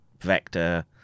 vector